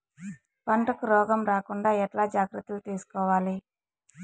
పంటకు రోగం రాకుండా ఎట్లా జాగ్రత్తలు తీసుకోవాలి?